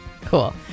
Cool